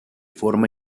forma